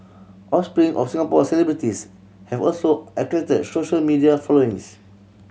offspring of Singapore celebrities have also attracted social media followings